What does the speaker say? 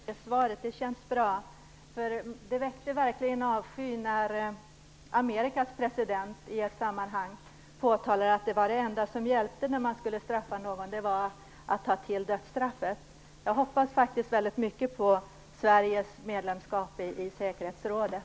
Fru talman! Jag tackar så mycket för svaret. Det känns bra. Det väckte verkligen avsky när Amerikas president i ett sammanhang påtalade att dödsstraffet var det enda som hjälpte när man skulle straffa någon. Jag hoppas väldigt mycket på Sveriges medlemskap i säkerhetsrådet.